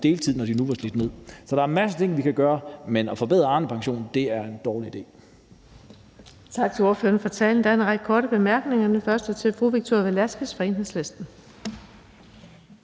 deltid, når de nu var slidt ned. Så der er en masse ting, vi kan gøre, men at forbedre Arnepensionen er en dårlig idé.